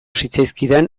zitzaizkidan